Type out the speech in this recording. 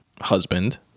husband